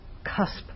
cusp